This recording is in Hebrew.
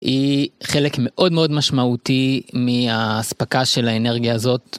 היא חלק מאוד מאוד משמעותי מההספקה של האנרגיה הזאת.